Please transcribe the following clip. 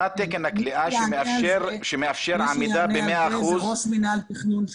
מה תקן הכליאה שמאפשר עמידה במאה אחוז --- נמצא